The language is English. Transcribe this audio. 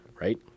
Right